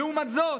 לעומת זאת,